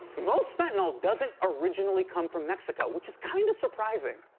most fentanyl doesn't originally come from mexico, which is kind of surprising.